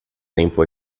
tempo